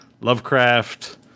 Lovecraft